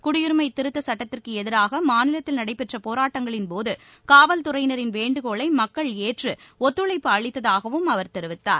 குடியரிமை திருத்தச் சுட்டத்திற்கு எதிராக மாநிலத்தில் நடைபெற்ற போராட்டங்களின்போது காவல்துறையினரின் வேண்டுகோளை மக்கள் ஏற்று ஒத்துழைப்பு அளித்ததாகவும் அவர் தெரிவித்தார்